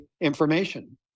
information